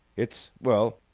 it's well,